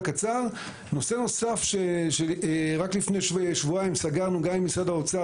נושא נוסף שרק לפני שבועיים סגרנו גם עם משרד האוצר